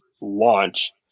launch